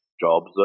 jobs